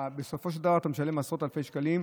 בסופו של דבר אתה משלם עשרות אלפי שקלים.